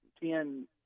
ten